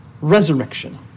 resurrection